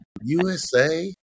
USA